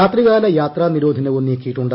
രാത്രികാല യാത്രാനിരോധനവും നീക്കിയിട്ടുണ്ട്